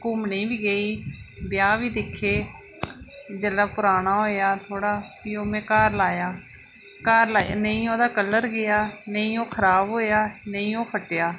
घूमने गी बी गेई ब्याह बी दिक्खे जेल्लै पराना होएआ थोह्ड़ा फ्ही ओह् में घर लाया घर नेईं ओह्दा कलर गेआ नेईं ओह् खराब होएआ नेईं ओह् फट्टेआ